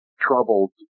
troubled